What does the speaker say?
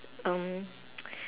um